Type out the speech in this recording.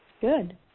Good